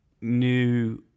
new